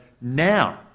now